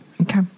Okay